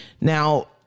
Now